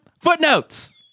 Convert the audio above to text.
Footnotes